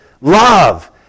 love